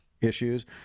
issues